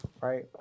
right